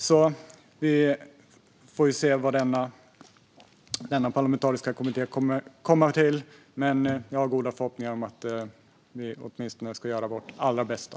Vi får alltså se vad denna parlamentariska kommitté kommer att komma fram till, men jag har goda förhoppningar om att vi åtminstone ska göra vårt allra bästa.